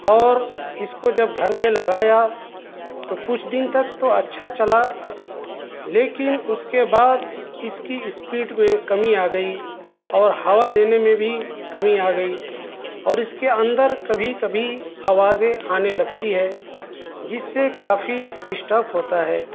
اور اس کو جب گھر پہ لگایا تو کچھ دن تک تو اچھا چلا لیکن اس کے بعد اس کی اسپیڈ میں کمی آ گئی اور ہوا دینے میں بھی کمی آ گئی اور اس کے اندر کبھی کبھی آوازیں آنے لگتی ہے جس سے کافی ڈسٹرب ہوتا ہے